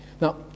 Now